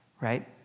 right